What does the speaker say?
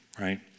right